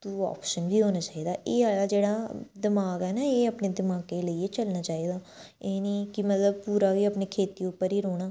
दूआ आप्शन बी होना चाहिदा एह् आह्ला जेह्ड़ा दमाक ऐ ना एह् अपने दमाकै गी लेइयै चलना चाहिदा एह् निं कि मतलब पूरा गै अपने खेती उप्पर ई रौह्ना